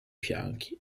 fianchi